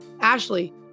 Ashley